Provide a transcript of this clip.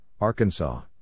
Arkansas